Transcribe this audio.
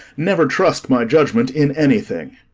never trust my judgment in anything.